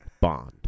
bond